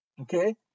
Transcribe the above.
okay